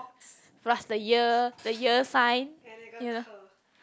plus the year the year sign you know